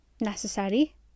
necessary